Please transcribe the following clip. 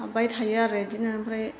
हाब्बाय थायो आरो बिदिनो ओमफ्राय